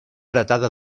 heretada